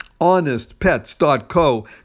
honestpets.co